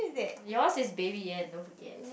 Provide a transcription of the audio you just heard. yours is Baby Ian don't forget